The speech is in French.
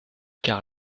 car